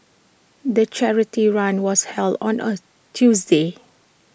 the charity run was held on A Tuesday